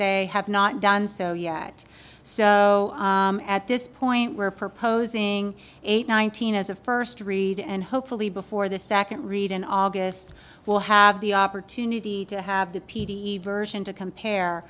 they have not done so yet so at this point we're proposing eight nineteen as a first read and hopefully before the second read in august we'll have the opportunity to have the p t e version to compare